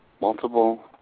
multiple